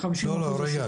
לא רגע,